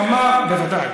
כמה, בוודאי.